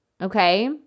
okay